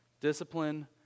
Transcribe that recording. Discipline